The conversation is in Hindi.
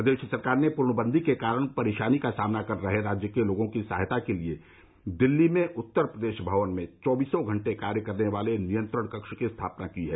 प्रदेश सरकार ने पूर्णबन्दी के कारण परेशानी का सामना कर रहे राज्य के लोगों की सहायता के लिए दिल्ली में उत्तर प्रदेश भवन में चौबीसों घंटे कार्य करने वाले नियंत्रण कक्ष की स्थापना की है